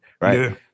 right